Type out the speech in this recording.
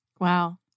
Wow